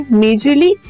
majorly